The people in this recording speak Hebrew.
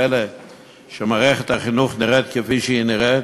פלא שמערכת החינוך נראית כפי שהיא נראית?